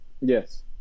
Yes